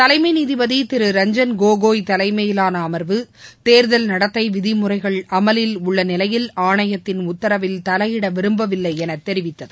தலைமைநீதிபதிதிரு ரஞ்சய் கோகாய் தலைமையிலானஅமர்வு தேர்தல் நடத்தைவிதிமுறைகள் அமலில் உள்ளநிலையில் ஆணையத்தின் உத்தரவில் தலையிடவிரும்பவில்லைஎனதெரிவித்தது